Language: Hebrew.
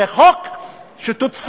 זה חוק שתוצאתו,